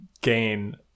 gain